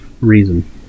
reason